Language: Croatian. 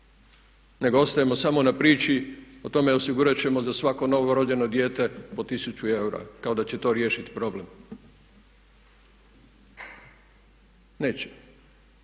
nego ostajemo samo na priči o tome osigurat ćemo za svako novorođeno dijete po 1000 eura kao da će to riješiti problem. Neće.